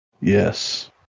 Yes